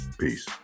Peace